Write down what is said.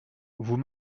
vous